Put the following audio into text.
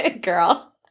Girl